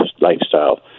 lifestyle